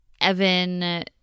evan